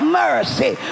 mercy